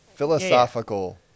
philosophical